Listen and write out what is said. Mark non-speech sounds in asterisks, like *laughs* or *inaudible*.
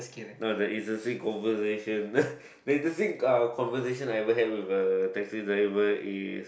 no the interesting conversation *laughs* the interesting uh conversation I ever had with a taxi driver is